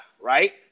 right